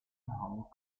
hong